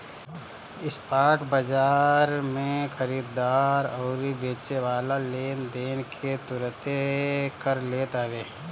spot बाजार में खरीददार अउरी बेचेवाला लेनदेन के तुरंते कर लेत हवे